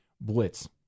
blitz